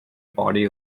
body